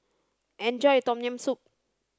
enjoy your Tom Yam Soup